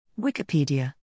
Wikipedia